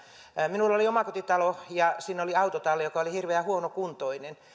minulla oli omakotitalo ja siinä oli autotalli joka oli hirveän huonokuntoinen